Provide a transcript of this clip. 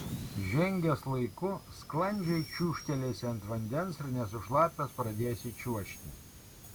žengęs laiku sklandžiai čiūžtelėsi ant vandens ir nesušlapęs pradėsi čiuožti